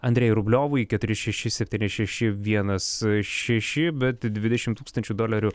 andrejui rubliovui keturi šeši septyni šeši vienas šeši bet dvidešimt tūkstančių dolerių